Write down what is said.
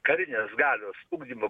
karinės galios ugdymo